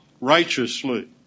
righteously